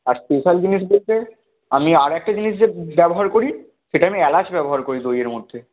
আর special জিনিস বলতে আমি আর একটা জিনিস যে ব্যবহার করি সেটা আমি এলাচ ব্যবহার করি দইয়ের মধ্যে